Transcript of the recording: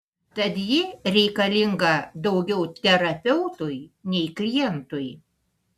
tad ji reikalinga daugiau terapeutui nei klientui